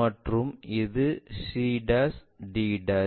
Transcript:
மற்றும் இது cd